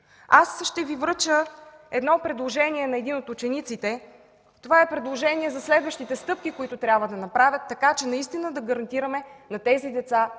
Ще Ви връча едно предложение на един от учениците. Това е предложение за следващите стъпки, които трябва да направят, така че наистина да гарантираме на тези деца